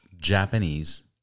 Japanese